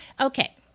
Okay